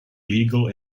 illegal